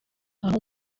aho